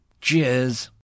Cheers